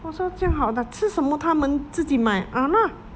我说这样好的吃什么他们自己买 ah lah